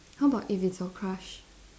how about if it's your crush